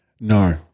No